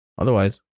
Otherwise